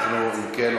אם כן,